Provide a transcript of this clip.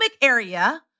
area